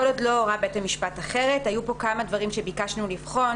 כל עוד לא הורה בית המשפט אחרת." היו פה כמה דברים שביקשנו לבחון.